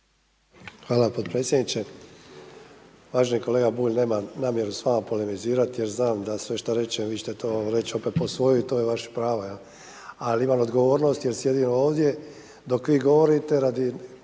Hvala potpredsjedniče. Uvaženi kolega Bulj, nemam namjeru s vama polemizirati jer znam da sve što kažem, vi ćete to reći opet po svojem i to je vaše pravo. Ali imam odgovornost jer sjedim ovdje dok vi govorite radi